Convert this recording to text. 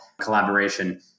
collaboration